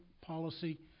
policy